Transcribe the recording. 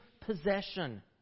possession